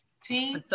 Team